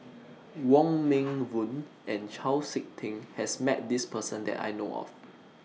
Wong Meng Voon and Chau Sik Ting has Met This Person that I know of